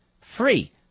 free